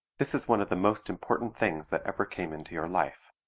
this is one of the most important things that ever came into your life.